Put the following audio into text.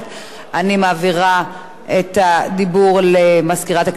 אני מעבירה את הדיבור למזכירת הכנסת,